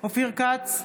אופיר כץ,